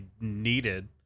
needed